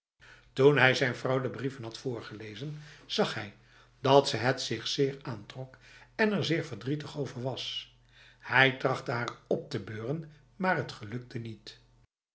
toen hij zijn vrouw de brieven had voorgelezen zag hij dat ze het zich zeer aantrok en er erg verdrietig onder was hij trachtte haar op te beuren maar het gelukte niet